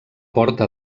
porta